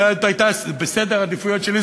בסדר העדיפויות שלי,